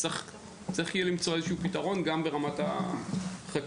אז צריך יהיה למצוא פתרון גם ברמת החקיקה.